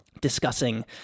discussing